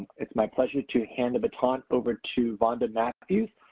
it's my pleasure to hand the baton over to vonda matthews,